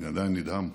אני עדיין נדהם,